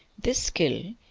this skill,